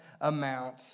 amount